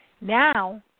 Now